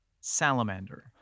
salamander